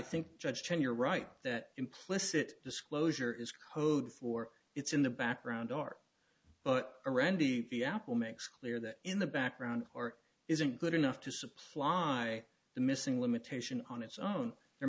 when you're right that implicit disclosure is code for it's in the background are already the apple makes clear that in the background or isn't good enough to supply the missing limitation on its own there